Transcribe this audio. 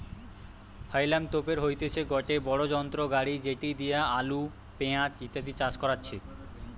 হাউলম তোপের হইতেছে গটে বড়ো যন্ত্র গাড়ি যেটি দিয়া আলু, পেঁয়াজ ইত্যাদি চাষ করাচ্ছে